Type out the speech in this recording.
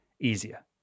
easier